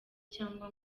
cyangwa